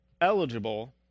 eligible